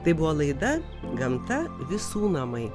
tai buvo laida gamta visų namai